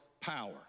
power